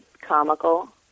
comical